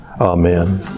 Amen